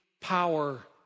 power